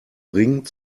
ring